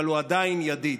אבל הוא עדיין ידיד.